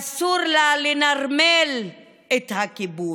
אסור לה לנרמל את הכיבוש.